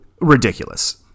Ridiculous